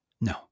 No